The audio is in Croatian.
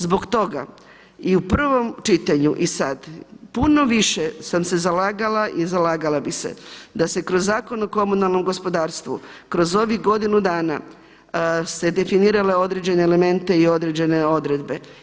Zbog toga i u prvom čitanju i sad puno više sam se zalagala i zalagala bi se da se kroz Zakon o komunalnom gospodarstvu kroz ovih godinu dana su se definirale određene elemente i određene odredbe.